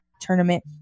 tournament